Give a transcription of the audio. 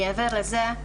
מעבר לזה,